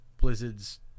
blizzards